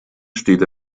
steht